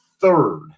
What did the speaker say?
third